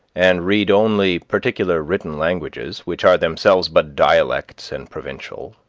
and read only particular written languages, which are themselves but dialects and provincial,